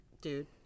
dude